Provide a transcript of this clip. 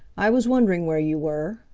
i was wondering where you were.